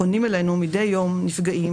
פונים אלינו מדי יום נפגעים,